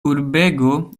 urbego